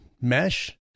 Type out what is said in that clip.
mesh